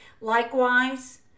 Likewise